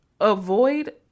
Avoid